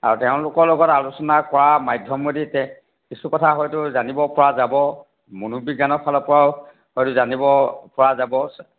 আৰু তেওঁলোকৰ লগত আলোচনা কৰা মাধ্যমেদি কিছু কথা হয়তো জানিব পৰা যাব মনোবিজ্ঞানৰ ফালৰ পৰাও হয়তো জানিব পৰা যাব